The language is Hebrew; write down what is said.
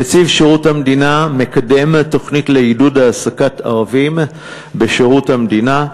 נציב שירות המדינה מקדם תוכנית לעידוד העסקת ערבים בשירות המדינה,